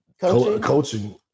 Coaching